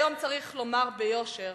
היום צריך לומר ביושר